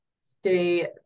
stay